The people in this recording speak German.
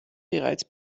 bereits